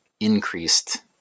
increased